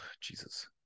Jesus